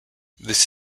this